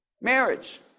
Marriage